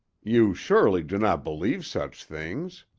you surely do not believe such things?